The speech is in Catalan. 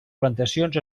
plantacions